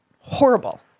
horrible